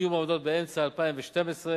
סיום עבודות באמצע 2012,